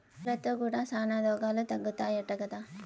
పూలతో కూడా శానా రోగాలు తగ్గుతాయట కదా